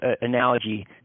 analogy